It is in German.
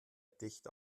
dicht